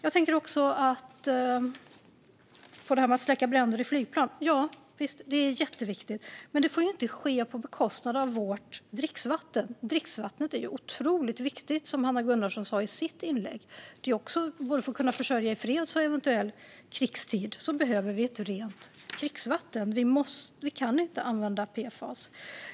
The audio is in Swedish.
Visst är det jätteviktigt att släcka bränder i flygplan. Men det får inte ske på bekostnad av vårt dricksvatten. Dricksvattnet är otroligt viktigt, som Hanna Gunnarsson sa i sitt inlägg. Vi behöver ett rent dricksvatten, både för att kunna försörja oss i fredstid och i eventuell krigstid. Vi kan inte använda PFAS.